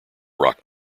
rock